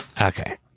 Okay